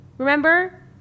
remember